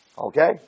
Okay